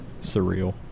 Surreal